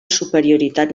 superioritat